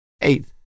Eighth